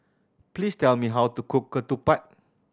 please tell me how to cook ketupat